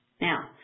Now